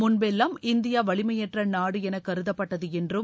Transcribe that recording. முன்பெல்லாம் இந்தியா வலிமையற்ற நாடு என கருதப்பட்டது என்றும்